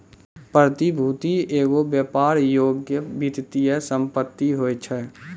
प्रतिभूति एगो व्यापार योग्य वित्तीय सम्पति होय छै